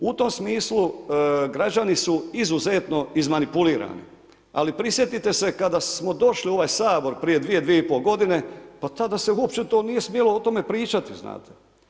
U tom smislu građani su izuzetno izmanipulirani ali prisjetite se kada smo došli u ovaj Sabor prije 2, 2,5 g., pa tada se uopće to nije smjelo o tome pričati, znate.